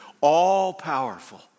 all-powerful